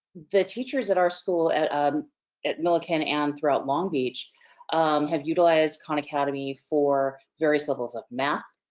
the teachers at our school at um at millikan and throughout long beach have utilized khan academy for various levels of math,